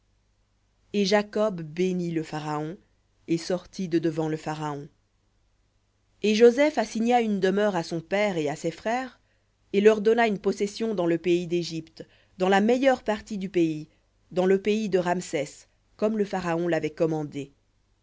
et jacob bénit le pharaon et sortit de devant le pharaon et joseph assigna une demeure à son père et à ses frères et leur donna une possession dans le pays d'égypte dans la meilleure partie du pays dans le pays de ramsès comme le pharaon l'avait commandé